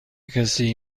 کسی